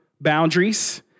boundaries